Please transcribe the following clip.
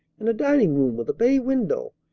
and a dining-room with a bay-window,